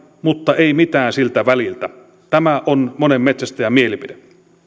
mutta ei mitään siltä väliltä tämä on monen metsästäjän mielipide